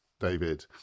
David